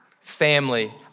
family